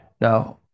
Now